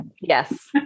Yes